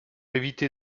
éviter